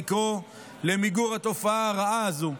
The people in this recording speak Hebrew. לקרוא למיגור התופעה הרעה הזו.